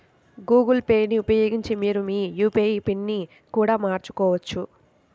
Google Pay ని ఉపయోగించి మీరు మీ యూ.పీ.ఐ పిన్ని కూడా మార్చుకోవచ్చు